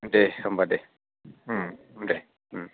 दे होमबा दे ओम दे ओम